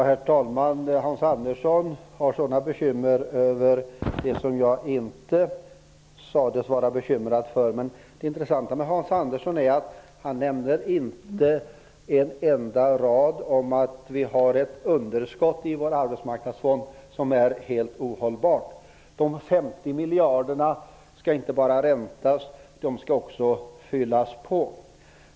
Herr talman! Hans Andersson har sådana bekymmer över det som jag sades inte vara bekymrad över. Men det intressanta med Hans Andersson är att han inte nämner en enda rad om att vi har ett underskott i vår arbetsmarknadsfond som är helt ohållbart. De 50 miljarder skall inte bara räntas, utan också fyllas på.